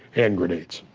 hand grenades.